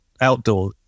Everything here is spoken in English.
outdoor